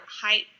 height